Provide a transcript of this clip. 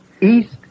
East